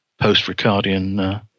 post-Ricardian